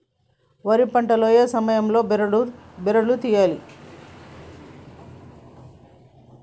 వరి పంట లో ఏ సమయం లో బెరడు లు తియ్యాలి?